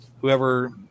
whoever